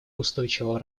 устойчивого